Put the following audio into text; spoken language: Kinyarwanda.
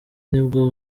nibwo